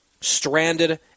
stranded